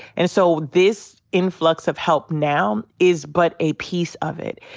and so this influx of help now is but a piece of it.